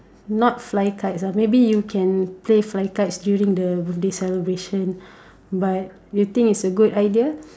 not fly kites ah maybe you can play fly kites during the birthday celebration but you think it is a good idea